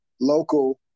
local